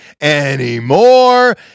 anymore